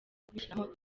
kubishyiramo